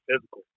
physical